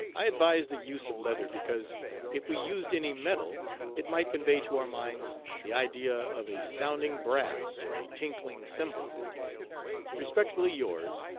i advise the use of leather, because if we used any metal it might convey to our minds the idea of a sounding brass or a tinkling cymbal respectfully yours,